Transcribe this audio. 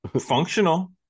Functional